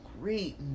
great